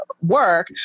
work